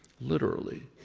literally.